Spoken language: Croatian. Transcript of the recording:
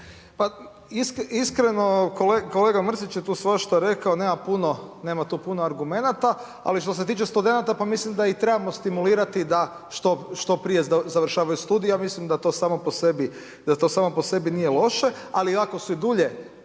Pa iskreno, kolega Mrsić je tu svašta rekao, nema tu puno argumenata ali što se tiče studenata, mislim pa mislim da ih trebamo stimulirati da što prije završavaju studij, ja mislim da to samo po sebi nije loše ali ako su i dulje